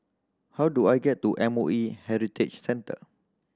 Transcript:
how do I get to M O E Heritage Centre